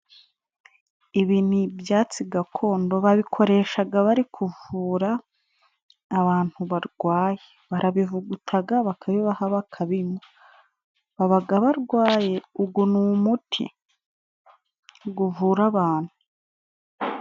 Ibi ni ibyatsi gakondo. Babikoreshaga bari kuvura abantu barwaye. Barabivugutaga, bakabibaha, bakabinywa. Babaga barwaye. ugo ni umuti guvura abantu.